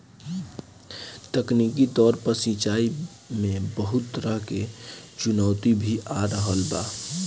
तकनीकी तौर पर सिंचाई में बहुत तरह के चुनौती भी आ रहल बा